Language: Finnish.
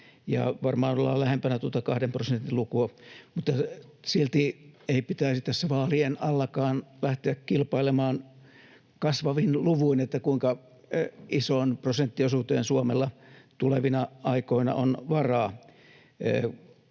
varmaan ollaan lähempänä tuota kahden prosentin lukua, mutta silti ei pitäisi tässä vaalien allakaan lähteä kilpailemaan kasvavin luvuin siitä, kuinka isoon prosenttiosuuteen Suomella tulevina aikoina on varaa.